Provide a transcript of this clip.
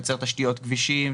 יוצר תשתיות כבישים,